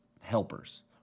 helpers